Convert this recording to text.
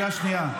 קריאה שנייה.